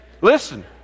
listen